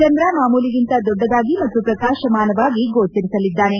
ಚಂದ್ರ ಮಾಮೂಲಿಗಿಂತ ದೊಡ್ಡದಾಗಿ ಮತ್ತು ಪ್ರಕಾಶಮಾನವಾಗಿ ಗೋಚರಿಸಲಿದೆ